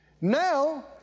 Now